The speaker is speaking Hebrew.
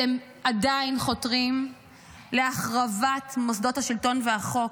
אתם עדיין חותרים להחרבת מוסדות השלטון והחוק.